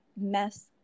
mess